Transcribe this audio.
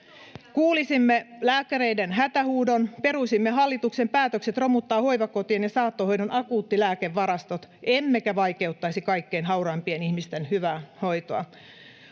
Kuulisimme lääkäreiden hätähuudon. Peruisimme hallituksen päätökset romuttaa hoivakotien ja saattohoidon akuuttilääkevarastot emmekä vaikeuttaisi kaikkein hauraimpien ihmisten hyvää hoitoa.